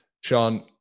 sean